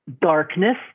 darkness